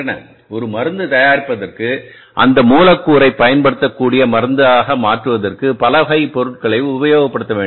1 மருந்து தயாரிப்பதற்கு அந்த மூலக்கூறைப் பயன்படுத்தக்கூடிய மருந்தாக மாற்றுவதற்குபலவகை பொருள்களைப் பயன்படுத்த வேண்டும்